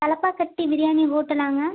Thalappakatti biryani ஹோட்டலாங்க